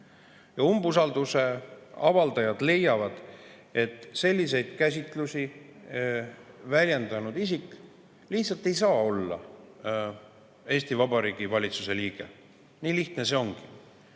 jätkata? Umbusalduse avaldajad leiavad, et selliseid käsitlusi väljendanud isik lihtsalt ei saa olla Eesti Vabariigi valitsuse liige. Nii lihtne see ongi.